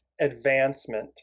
advancement